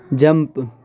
jump